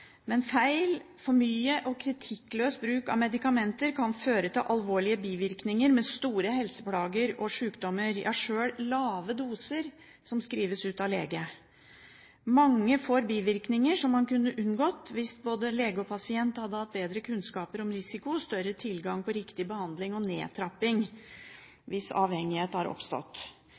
Men feil, for mye og kritikkløs bruk av medikamenter kan føre til alvorlige bivirkninger med store helseplager og sykdommer – ja, sjøl med lave doser som skrives ut av lege. Mange får bivirkninger som man kunne unngått hvis både lege og pasient hadde hatt bedre kunnskaper om risiko og større tilgang på riktig behandling og nedtrapping hvis avhengighet har oppstått.